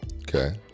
Okay